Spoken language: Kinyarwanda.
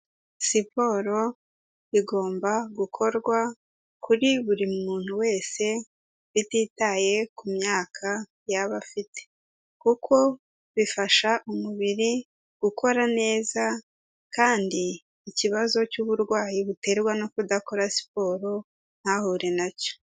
Siporo igomba gukorwa kuri buri muntu wese ititaye ku myaka yaba afite, kuko bifasha umubiri gukora neza kandi ikibazo cy'uburwayi buterwa no kudakora siporo ntahure nacyo.